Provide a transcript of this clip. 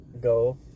go